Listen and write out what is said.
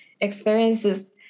experiences